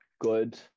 good